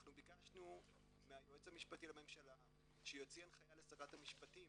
אנחנו ביקשנו מהיועץ המשפטי לממשלה שיוציא הנחיה לשרת המשפטים